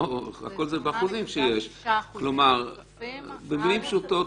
כלומר במילים פשוטות,